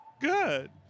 Good